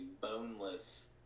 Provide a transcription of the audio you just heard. boneless